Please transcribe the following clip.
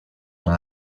dans